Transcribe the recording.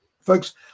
folks